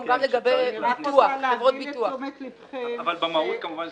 אני רק רוצה להביא לתשומת לבכם שהכנסת